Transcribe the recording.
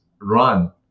run